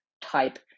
type